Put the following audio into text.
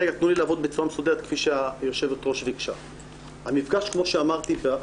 המפגש כמו שאמרתי,